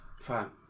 fam